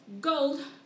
gold